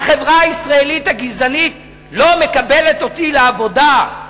החברה הישראלית הגזענית לא מקבלת אותי לעבודה,